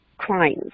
crimes